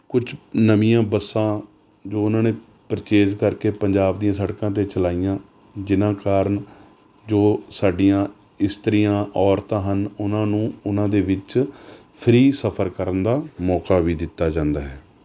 ਕੁਛ ਨਵੀਆਂ ਬੱਸਾਂ ਜੋ ਉਹਨਾਂ ਨੇ ਪ੍ਰਚੇਸ ਕਰਕੇ ਪੰਜਾਬ ਦੀਆਂ ਸੜਕਾਂ 'ਤੇ ਚਲਾਈਆਂ ਜਿਨ੍ਹਾਂ ਕਾਰਨ ਜੋ ਸਾਡੀਆਂ ਇਸਤਰੀਆਂ ਔਰਤਾਂ ਹਨ ਉਹਨਾਂ ਨੂੰ ਉਹਨਾਂ ਦੇ ਵਿੱਚ ਫ੍ਰੀ ਸਫ਼ਰ ਕਰਨ ਦਾ ਮੌਕਾ ਵੀ ਦਿੱਤਾ ਜਾਂਦਾ ਹੈ